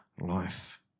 life